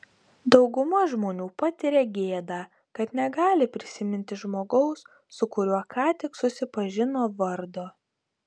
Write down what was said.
dauguma žmonių patiria gėdą kad negali prisiminti žmogaus su kuriuo ką tik susipažino vardo